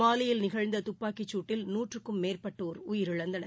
மாலியில் நிகழ்ந்ததுப்பாக்கிசூட்டில் நூற்றுக்கும் மேற்பட்டோர் உயிரிழந்தனர்